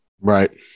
Right